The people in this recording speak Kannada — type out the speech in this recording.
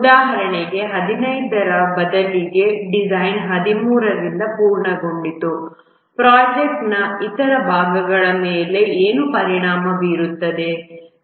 ಉದಾಹರಣೆಗೆ 15 ರ ಬದಲಿಗೆ ಡಿಸೈನ್ 13 ರಿಂದ ಪೂರ್ಣಗೊಂಡಿತು ಪ್ರೊಜೆಕ್ಟ್ನ ಇತರ ಭಾಗಗಳ ಮೇಲೆ ಏನು ಪರಿಣಾಮ ಬೀರುತ್ತದೆ